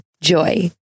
Joy